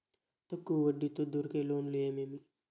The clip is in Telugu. తక్కువ వడ్డీ తో దొరికే లోన్లు ఏమేమి